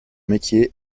métier